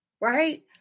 Right